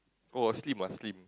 oh slim ah slim